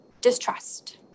distrust